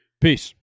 Peace